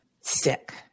sick